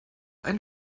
einen